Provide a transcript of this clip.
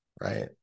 right